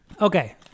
okay